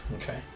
Okay